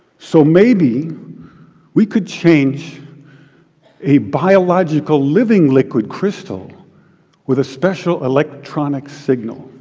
so maybe we could change a biological living liquid crystal with a special electronic signal.